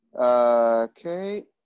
Okay